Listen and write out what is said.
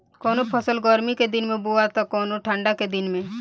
कवनो फसल गर्मी के दिन में बोआला त कवनो ठंडा के दिन में